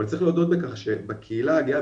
אבל צריך להודות בכך שבקהילה הגאה,